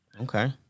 Okay